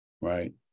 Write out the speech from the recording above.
right